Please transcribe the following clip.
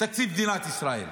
תקציב מדינת ישראל.